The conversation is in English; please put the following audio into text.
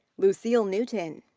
lucille newton.